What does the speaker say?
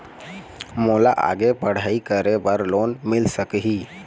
मोला आगे पढ़ई करे बर लोन मिल सकही?